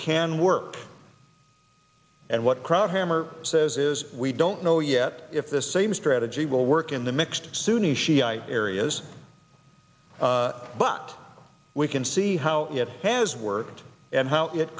can work and what krauthammer says is we don't no yet if the same strategy will work in the mixed sunni shiite areas but we can see how it has worked and how it